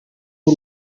w’u